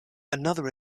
another